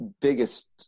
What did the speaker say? biggest